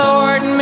Lord